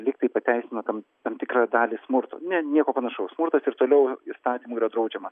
lygtai pateisina tam tam tikrą dalį smurto ne nieko panašaus smurtas ir toliau įstatymų yra draudžiamas